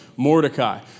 Mordecai